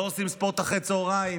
לא עושים ספורט אחר הצוהריים.